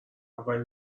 اولین